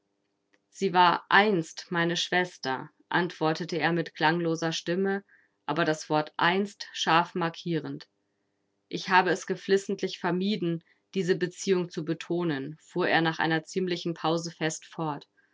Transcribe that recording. sie war einst meine schwester antwortete er mit klangloser stimme aber das wort einst scharf markierend ich habe es geflissentlich vermieden diese beziehung zu betonen fuhr er nach einer ziemlichen pause fest fort